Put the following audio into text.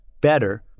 better